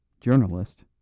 journalist